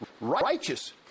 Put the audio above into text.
Righteous